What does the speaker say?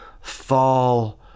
fall